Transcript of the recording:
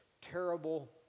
terrible